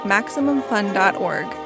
MaximumFun.org